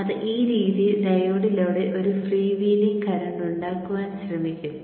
ഇത് ഈ രീതിയിൽ ഡയോഡിലൂടെ ഒരു ഫ്രീ വീലിംഗ് കറന്റ് ഉണ്ടാക്കുവാൻ ശ്രമിക്കും